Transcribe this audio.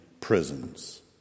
prisons